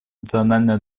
национальная